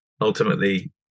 ultimately